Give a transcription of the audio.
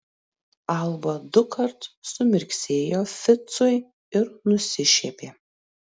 alba dukart sumirksėjo ficui ir nusišiepė